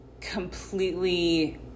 completely